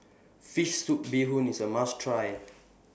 Fish Soup Bee Hoon IS A must Try